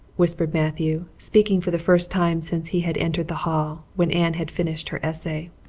whispered matthew, speaking for the first time since he had entered the hall, when anne had finished her essay.